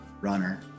runner